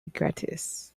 gratis